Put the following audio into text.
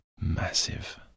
massive